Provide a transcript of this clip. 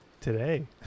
today